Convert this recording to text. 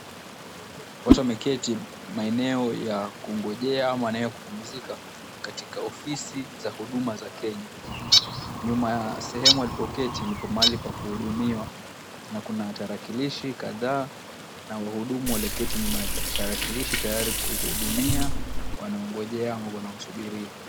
Watu wameketi maeneo ya kungojea au maeneo ya kupumzika katika ofisi za huduma za Kenya. Nyuma ya sehemu walipoketi ndipo mahali pa kuhudumiwa na kuna tarakilishi kadhaa na wahudhumu waliyoketi nyuma ya sekta ya tarakilishi tayari kuhudumia wanaongojea au wanaosubiri